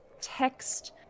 text